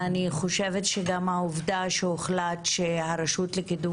אני חושבת שגם העובדה שהוחלט שהרשות לקידום